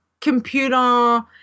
computer